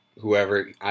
whoever –